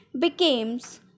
becomes